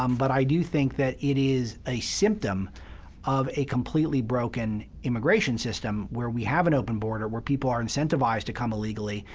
um but i do think that it is a symptom of a completely broken immigration system where we have an open border where people are incentivized to come illegally.